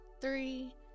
three